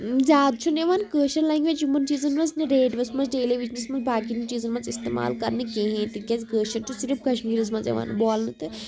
زیادٕ چھِنہٕ یِوان کٲشِر لینٛگویج یِمَن چیٖزَن منٛز نہٕ ریڈوَس منٛز ٹیلی وجنَس منٛز باقٕیَن چیٖزَن منٛز استعمال کَرنہٕ کِہیٖنۍ تِکیٛازِ کٲشُر چھِ صرف کَشمیٖرَس منٛز یِوان بولنہٕ تہٕ